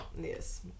Yes